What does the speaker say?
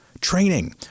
Training